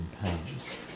pounds